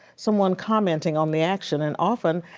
someone commenting on the action and often,